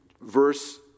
verse